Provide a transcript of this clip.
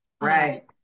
Right